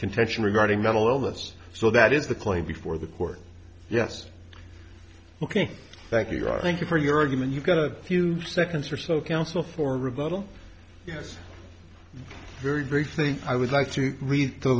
contention regarding mental illness so that is the claim before the court yes ok thank you i thank you for your argument you've got a few seconds or so counsel for rebuttal yes very very thing i would like to read the